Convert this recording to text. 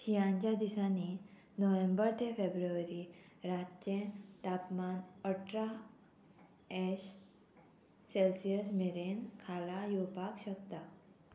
शियांच्या दिसांनी नोव्हेंबर ते फेब्रुवारी रातचें तापमान अठरा एश सेल्सियस मेरेन खाला येवपाक शकता